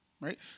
right